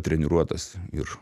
treniruotas ir